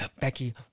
Becky